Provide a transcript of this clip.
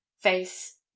face